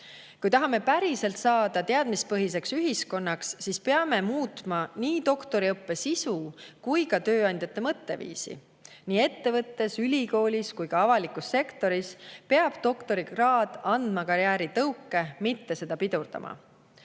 Kui tahame päriselt saada teadmispõhiseks ühiskonnaks, siis peame muutma nii doktoriõppe sisu kui ka tööandjate mõtteviisi. Nii ettevõttes, ülikoolis kui ka avalikus sektoris peab doktorikraad andma karjäärile tõuke, mitte seda pidurdama.